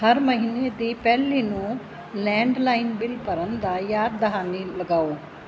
ਹਰ ਮਹੀਨੇ ਦੀ ਪਹਿਲੀ ਨੂੰ ਲੈਂਡਲਾਈਨ ਬਿਲ ਭਰਨ ਦਾ ਯਾਦ ਦਹਾਨੀ ਲਗਾਓ